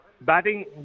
batting